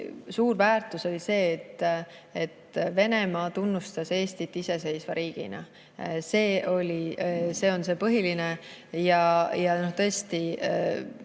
suur väärtus oli see, et Venemaa tunnustas Eestit iseseisva riigina. See on põhiline. Ja tõesti,